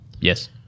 yes